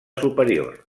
superior